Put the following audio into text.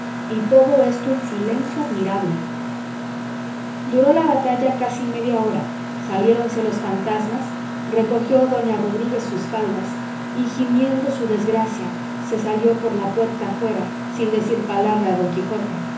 y todo esto en silencio admirable duró la batalla casi media hora saliéronse las fantasmas recogió doña rodríguez sus faldas y gimiendo su desgracia se salió por la puerta afuera sin decir palabra a don quijote